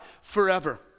forever